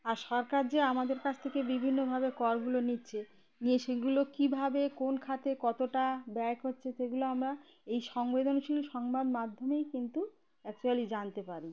আর সরকার যে আমাদের কাছ থেকে বিভিন্নভাবে করগুলো নিচ্ছে নিয়ে সেগুলো কীভাবে কোন খাতে কতটা ব্যয় হচ্ছে সেগুলো আমরা এই সংবেদনশীল সংবাদ মাধ্যমেই কিন্তু অ্যাকচুয়ালি জানতে পারি